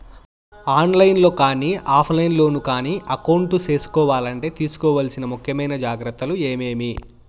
On line లో కానీ offline లో కానీ అకౌంట్ సేసుకోవాలంటే తీసుకోవాల్సిన ముఖ్యమైన జాగ్రత్తలు ఏమేమి?